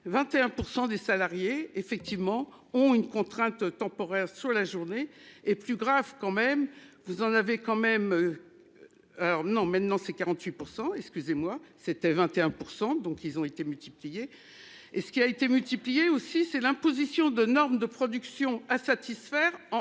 21% des salariés effectivement on une contrainte temporaire sur la journée et plus grave quand même, vous en avez quand même. Non maintenant c'est 48%. Excusez-moi, c'était 21%, donc ils ont été multipliés. Et ce qui a été multiplié aussi c'est l'imposition de normes de production à satisfaire en